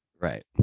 Right